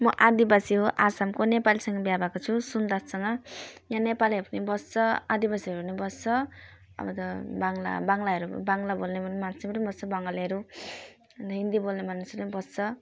म आदिवासी हो आसामको नेपालीसँग बिहा भएको छु सुन्दाससँग यहाँ नेपालीहरू पनि बस्छ आदिवासीहरू नि बस्छ अब त बाङ्गला बाङ्गलाहरू पनि बाङ्ला बोल्ने पनि मान्छेहरू मुस्लिम बङ्गालीहरू अनि त हिन्दी बोल्ने मान्छेहरू नि बस्छ